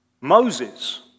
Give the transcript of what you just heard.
Moses